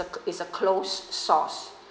is a closed source